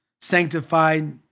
sanctified